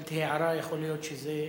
קיבלתי הערה, יכול להיות שזה "כַּתות"